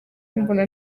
mbona